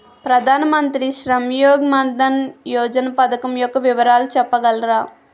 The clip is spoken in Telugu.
ప్రధాన మంత్రి శ్రమ్ యోగి మన్ధన్ యోజన పథకం యెక్క వివరాలు చెప్పగలరా?